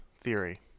theory